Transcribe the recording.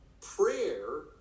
prayer